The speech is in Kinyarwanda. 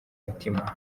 mutima